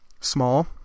small